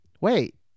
Wait